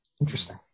Interesting